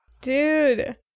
Dude